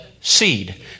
seed